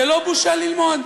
זה לא בושה ללמוד.